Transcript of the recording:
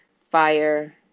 fire